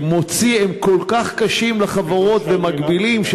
מוציא הם כל כך קשים לחברות ומגבילים,